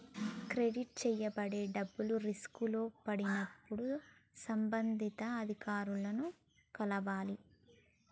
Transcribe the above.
credit చేయబడే డబ్బులు రిస్కులో పడినప్పుడు సంబంధిత అధికారులను కలవాలి